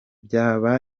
byaha